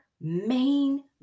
main